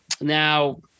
Now